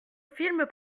film